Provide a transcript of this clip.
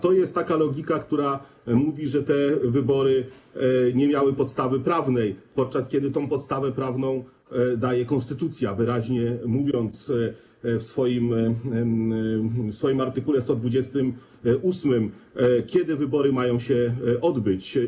To jest logika, która mówi, że te wybory nie miały podstawy prawnej, podczas kiedy podstawę prawną daje konstytucja, wyraźnie mówiąc w swoim art. 128, kiedy wybory mają się odbyć.